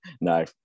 No